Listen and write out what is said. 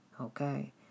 Okay